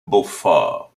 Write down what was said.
beaufort